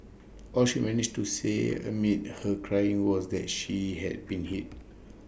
all she managed to say amid her crying was that she had been hit